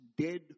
dead